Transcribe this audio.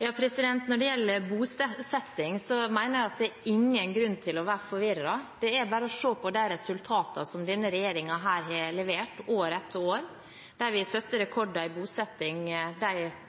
det gjelder bosetting, mener jeg at det er ingen grunn til å være forvirret. Det er bare å se på de resultatene som denne regjeringen her har levert, år etter år. Vi har satt rekorder i bosetting de